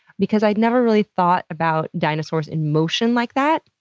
because i never really thought about dinosaurs in motion like that.